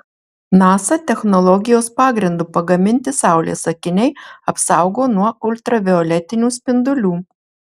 nasa technologijos pagrindu pagaminti saulės akiniai apsaugo nuo ultravioletinių spindulių